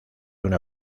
una